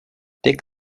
dick